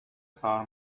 کار